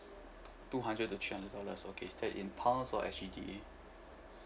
two hundred to three hundred dollars okay is that in pound or in S_G_D